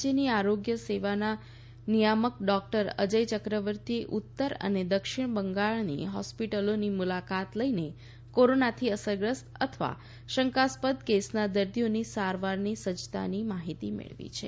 રાજ્યની આરોગ્ય સેવાના નિયામક ડોક્ટર અજય ચક્રવર્તીએ ઉત્તર અને દક્ષિણ બંગાળની હોસ્પિટલોની મુલાકાત લઈને કોરોનાથી અસરગ્રસ્ત અથવા શંકાસ્પદ કેસના દર્દીઓની સારવારની સજ્જતાની માહિતી મેળવી છે